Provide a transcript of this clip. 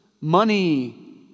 Money